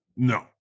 no